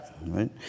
right